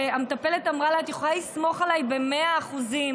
והמטפלת אמרה לה: את יכולה לסמוך עליי במאה אחוזים,